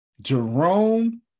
Jerome